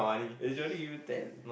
they should only give you ten